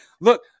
Look